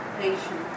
nation